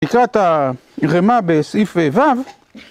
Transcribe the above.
נקרא את הרמ"ה בסעיף ו'